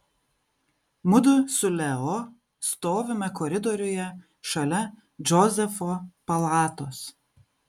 mudu su leo stovime koridoriuje šalia džozefo palatos